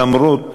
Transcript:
למרות